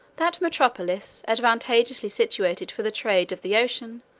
that metropolis, advantageously situated for the trade of the ocean,